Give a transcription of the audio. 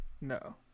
No